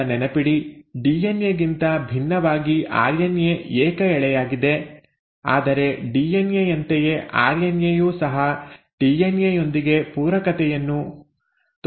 ಈಗ ನೆನಪಿಡಿ ಡಿಎನ್ಎ ಗಿಂತ ಭಿನ್ನವಾಗಿ ಆರ್ಎನ್ಎ ಏಕ ಎಳೆಯಾಗಿದೆ ಆದರೆ ಡಿಎನ್ಎ ಯಂತೆಯೇ ಆರ್ಎನ್ಎ ಯೂ ಸಹ ಡಿಎನ್ಎ ಯೊಂದಿಗೆ ಪೂರಕತೆಯನ್ನು ತೋರಿಸುತ್ತದೆ